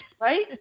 right